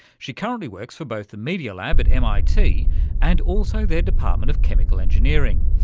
she currently works for both the media lab at mit and also their department of chemical engineering.